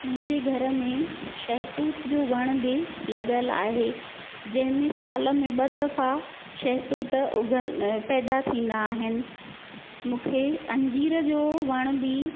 मुंहिंजे घर में शहतूत जो वण बि लॻल आहे जंहिंमें साल में ॿ दफ़ा शहतूत उगनि पैदा थींदा आहिनि मूंखे अंजीर जो वण बि